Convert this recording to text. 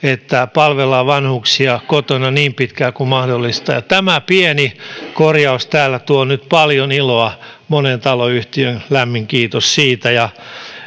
palvellaan vanhuksia kotona niin pitkään kuin mahdollista tämä pieni korjaus täällä tuo nyt paljon iloa moneen taloyhtiöön lämmin kiitos siitä ja